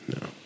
no